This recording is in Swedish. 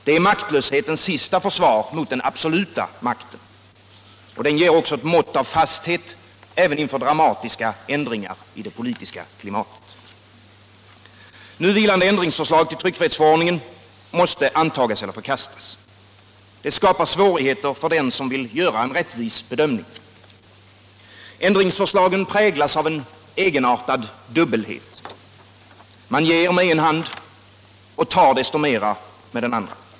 Den är maktlöshetens sista försvar mot den absoluta makten. Den ger ett mått av fasthet även inför dramatiska ändringar i det politiska klimatet. Nu viltande ändringsförslag till tryckfrihetsförordningen måste antagas eller förkastas. Det skapar svårigheter för den som vill göra en rättvis bedömning. Ändringsförslagen präglas av en egenartad dubbelhet. Man ger med en hand men tar desto mer med den andra.